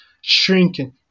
shrinking